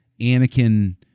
Anakin